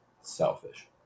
selfish